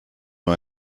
nur